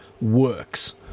works